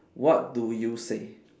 what do you say